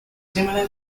similar